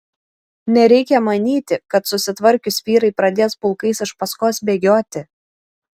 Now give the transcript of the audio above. nereikia manyti kad susitvarkius vyrai pradės pulkais iš paskos bėgioti